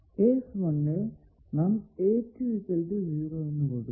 case 1 ൽ നാം എന്ന് കൊടുക്കുന്നു